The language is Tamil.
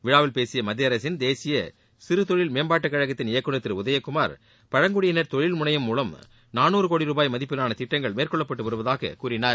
விழாவில் பேசிய மத்திய அரசின் தேசிய சிறு தொழில் மேம்பாட்டுக் கழகத்தின் இயக்குநர் திரு உதயகுமார் பழங்குடியினர் தொழில் முனையம் மூலம் நானூறு கோடி ருபாய் மதிப்பிலான திட்டங்கள் மேற்கொள்ளப்பட்டு வருவதாக கூறினார்